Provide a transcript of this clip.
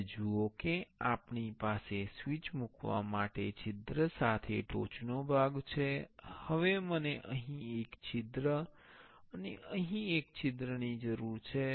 હવે જુઓ કે આપણી પાસે સ્વીચ મૂકવા માટે છિદ્ર સાથે ટોચનો ભાગ છે હવે મને અહીં એક છિદ્ર અને અહીં એક છિદ્રની જરૂર છે